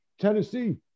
Tennessee